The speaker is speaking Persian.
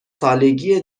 سالگی